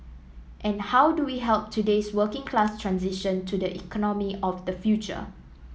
and how do we help today's working class transition to the economy of the future